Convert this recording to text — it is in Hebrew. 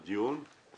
לדיון